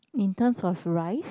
in terms of rice